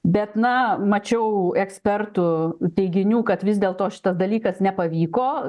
bet na mačiau ekspertų teiginių kad vis dėlto šitas dalykas nepavyko